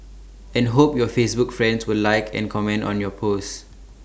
and hope your Facebook friends will like or comment on your post